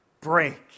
break